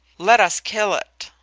let us kill it,